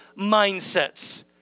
mindsets